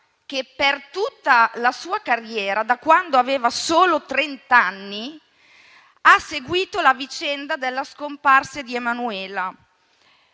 che per tutta la sua carriera, da quando aveva solo trent'anni, ha seguito la vicenda della scomparsa di Emanuela.